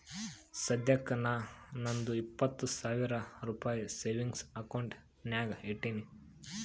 ಸದ್ಯಕ್ಕ ನಾ ನಂದು ಇಪ್ಪತ್ ಸಾವಿರ ರುಪಾಯಿ ಸೇವಿಂಗ್ಸ್ ಅಕೌಂಟ್ ನಾಗ್ ಇಟ್ಟೀನಿ